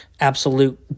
absolute